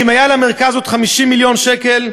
אם היו למרכז עוד 50 מיליון שקל,